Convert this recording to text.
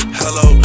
hello